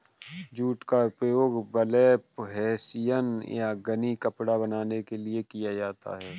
jute का उपयोग burlap hessian या गनी कपड़ा बनाने के लिए किया जाता है